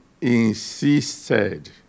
insisted